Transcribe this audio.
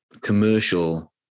commercial